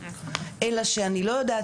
אלא שאני לא יודעת,